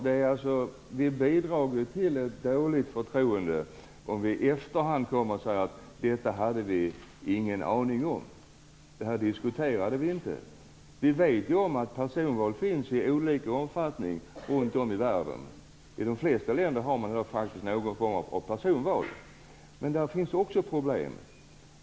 Det bidrar till ett dåligt förtroende om vi i efterhand säger att vi inte hade en aning om detta eller att vi inte diskuterade frågan. Vi vet att personval finns i olika omfattning runt om i världen. De flesta länder har faktiskt någon form av personval. Men också där finns problem.